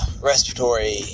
respiratory